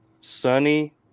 sunny